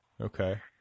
Okay